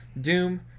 Doom